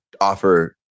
offer